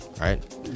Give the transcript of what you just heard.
right